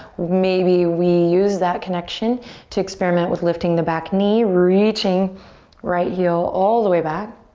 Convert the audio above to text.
maybe we use that connection to experiment with lifting the back knee, reaching right heel all the way back.